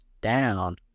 down